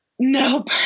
Nope